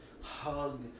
hug